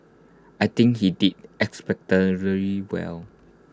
I think he did really well